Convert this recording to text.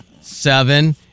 seven